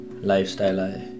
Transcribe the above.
lifestyle